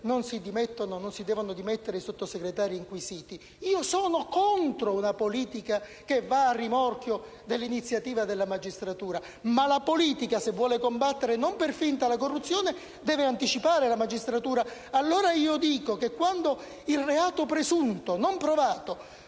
avviso di garanzia non si devono dimettere i Sottosegretari inquisiti. Io sono contro una politica che va a rimorchio dell'iniziativa della magistratura, ma la politica, se non vuole combattere la corruzione per finta, deve anticipare la magistratura. Dico allora che quando il reato presunto, non provato,